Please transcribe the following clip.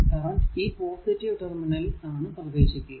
current ഈ positive ടെർമിനലിൽ ആണ് പ്രവേശിക്കുക